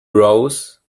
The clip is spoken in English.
rose